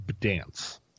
dance